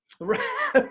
Right